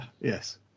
Yes